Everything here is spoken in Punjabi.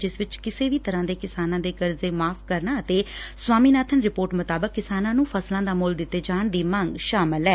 ਜਿਸ ਵਿਚ ਕਿਸੇ ਵੀ ਤਰੁਾਂ ਦੇ ਕਿਸਾਨਾਂ ਦੇ ਕਰਜ਼ੇ ਮਾਫ਼ ਕਰਨਾ ਅਤੇ ਸਵਾਮੀਨਾਬਨ ਰਿਪੋਰਟ ਮੁਤਾਬਕ ਕਿਸਾਨਾਂ ਨੂੰ ਫਸਲਾਂ ਦਾ ਮੁੱਲ ਦਿੱਤੇ ਜਾਣ ਦੀ ਮੰਗ ਸ਼ਾਮਲ ਐ